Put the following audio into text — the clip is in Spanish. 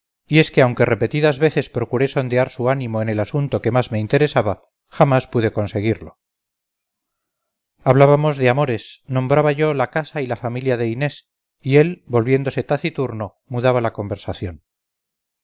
y es que aunque repetidas veces procuré sondear su ánimo en el asunto que más me interesaba jamás pude conseguirlo hablábamos de amores nombraba yo la casa y la familia de inés y él volviéndose taciturno mudaba la conversación